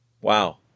Wow